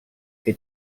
che